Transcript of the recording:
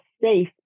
safe